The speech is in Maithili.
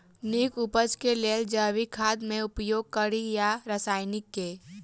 नीक उपज केँ लेल जैविक खाद केँ उपयोग कड़ी या रासायनिक केँ?